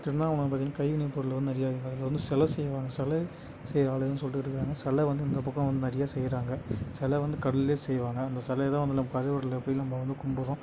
திருவண்ணாமலையில் கைவினைப்பொருள் வந்து நிறையா அதில் வந்து சில செய்வாங்க சிலை செய்யற ஆளுங்கன்னு சொல்லிகிட்டு இருக்காங்க சில வந்து இந்த பக்கம் வந் நிறையா செய்யறாங்க சில வந்து கல்லுல செய்வாங்க அந்த சிலையதான் வந்து நம்ம கருவறையில் போய் நம்ப வந்து கும்புடுறோம்